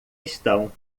estão